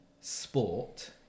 sport